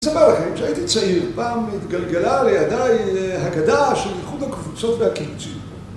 אספר לכם, כשהייתי צעיר, פעם התגלגלה לידי הגדה של איחוד הקבוצות והקיבוצים